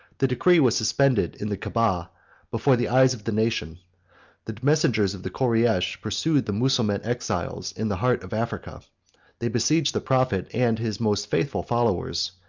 the decree was suspended in the caaba before the eyes of the nation the messengers of the koreish pursued the mussulman exiles in the heart of africa they besieged the prophet and his most faithful followers,